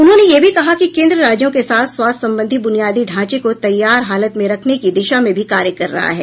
उन्होंने यह भी कहा कि केन्द्र राज्यों के साथ स्वास्थ्य संबंधी बुनियादी ढांचे को तैयार हालत में रखने की दिशा में भी कार्य कर रहा है